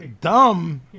Dumb